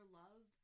love